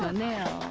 ah now,